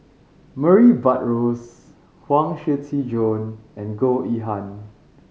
Murray Buttrose Huang Shiqi Joan and Goh Yihan